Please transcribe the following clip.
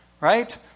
right